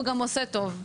והוא גם עושה טוב.